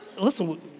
Listen